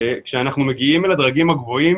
כשאנחנו מגיעים אל הדרגים הגבוהים